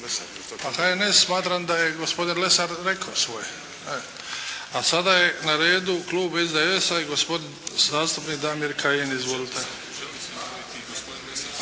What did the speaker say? Pa HNS smatram da je gospodin Lesar rekao svoje. Sada je na redu klub IDS-a i gospodin zastupnik Damir Kajin. Izvolite.